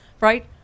right